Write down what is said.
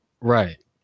Right